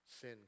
sin